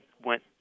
went